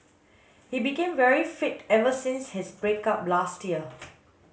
he became very fit ever since his break up last year